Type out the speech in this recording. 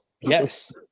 Yes